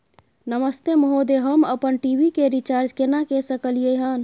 नमस्ते महोदय, हम अपन टी.वी के रिचार्ज केना के सकलियै हन?